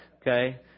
Okay